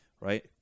Right